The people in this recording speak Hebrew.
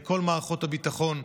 לכל מערכות הביטחון,